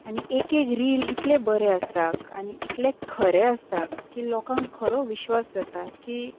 आनी एक एक रील इतले बरे आसता आनी इतले खरे आसता की लोकांक खरो विश्वास जाता की